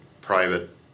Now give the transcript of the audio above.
private